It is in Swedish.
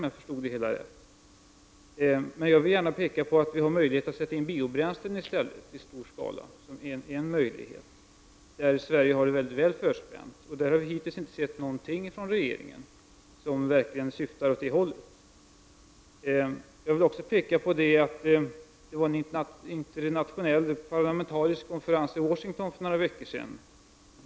Jag vill gärna peka på möjligheten att använda biobränslen i stor skala. Det är en möjlighet, och härvidlag har Sverige det mycket väl förspänt. Hittills har vi inte sett några initiativ från regeringens sida som går i den riktningen. Det hölls en internationell parlamentarisk konferens i Washington för några veckor sedan.